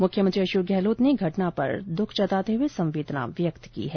मुख्यमंत्री अशोक गहलोत ने घटना पर दुख जताते हुए संवेदना व्यक्त की है